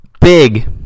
big